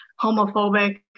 homophobic